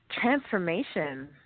Transformation